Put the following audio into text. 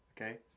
okay